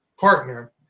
partner